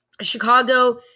Chicago